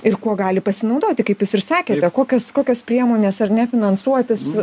ir kuo gali pasinaudoti kaip jūs ir sakėt kokios kokios priemonės ar ne finansuotis